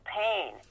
pain